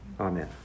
amen